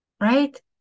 right